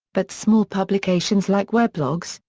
but small publications like weblogs,